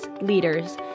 leaders